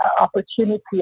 opportunity